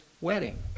wedding